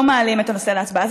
לא מעלים את הנושא להצבעה.